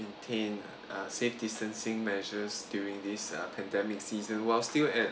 maintain uh safe distancing measures during this uh pandemic season while still at